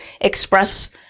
express